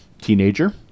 Teenager